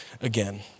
again